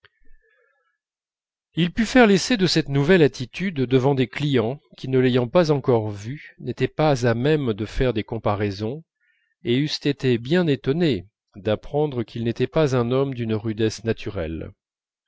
il put faire l'essai de cette nouvelle attitude devant des clients qui ne l'ayant pas encore vu n'étaient pas à même de faire des comparaisons et eussent été bien étonnés d'apprendre qu'il n'était pas un homme d'une rudesse naturelle